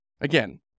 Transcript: Again